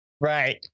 Right